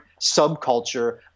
subculture